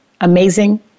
amazing